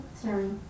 Sorry